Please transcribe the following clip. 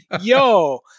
yo